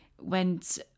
went